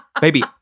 Baby